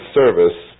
service